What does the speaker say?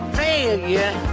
failure